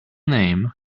name